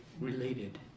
related